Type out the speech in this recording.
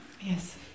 Yes